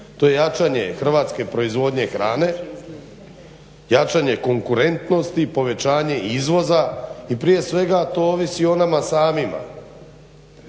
to je jačanje hrvatske proizvodnje hrane, jačanje konkurentnosti, povećavanje izvoza i prije svega to ovisi o nama samima,